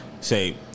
Say